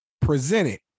presented